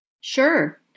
Sure